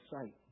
sight